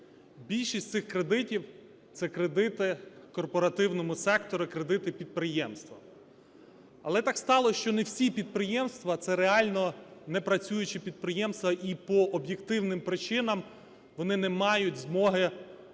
Більшість цих кредитів – це кредити корпоративному сектору і кредити підприємствам. Але так сталось, що не всі підприємства – це реально непрацюючі підприємства і по об’єктивним причинам вони не мають змоги на даний